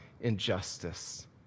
injustice